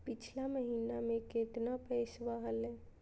पिछला महीना मे कतना पैसवा हलय?